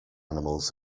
animals